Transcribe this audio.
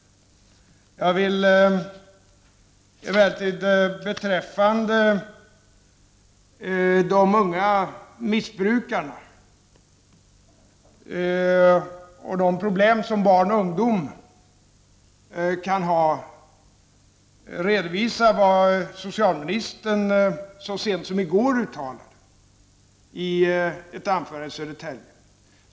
Jag vill emellertid beträffande de unga missbrukarna och de problem som barn och ungdomar kan ha redovisa vad socialministern så sent som i går uttalade i ett anförande i Södertälje.